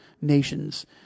nations